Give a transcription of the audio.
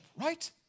right